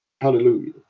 Hallelujah